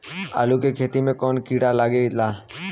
आलू के खेत मे कौन किड़ा लागे ला?